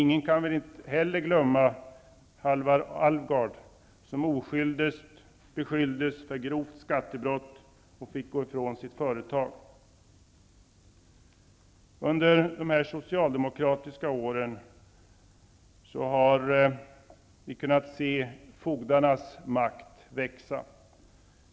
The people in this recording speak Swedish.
Ingen kan väl heller glömma Vi har kunnat se fogdarnas makt växa under de socialdemokratiska åren.